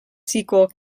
sequel